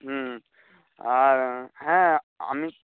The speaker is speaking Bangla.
হুম আর হ্যাঁ আমি